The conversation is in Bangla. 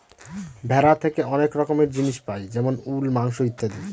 ভেড়া থেকে অনেক রকমের জিনিস পাই যেমন উল, মাংস ইত্যাদি